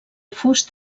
fust